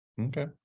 Okay